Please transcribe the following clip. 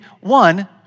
one